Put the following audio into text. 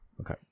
Okay